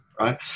Right